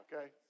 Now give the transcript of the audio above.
okay